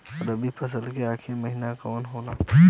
रवि फसल क आखरी महीना कवन होला?